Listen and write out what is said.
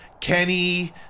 Kenny